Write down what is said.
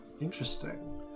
Interesting